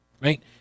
right